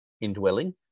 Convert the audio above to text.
indwelling